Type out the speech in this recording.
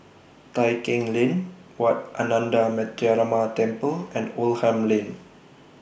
Tai Keng Lane Wat Ananda Metyarama Temple and Oldham Lane